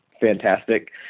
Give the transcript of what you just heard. fantastic